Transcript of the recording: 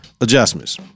Adjustments